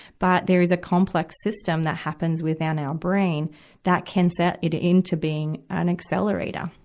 but there is a complex system that happens within our brain that can set it into being an accelerator,